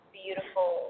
beautiful